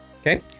Okay